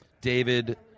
David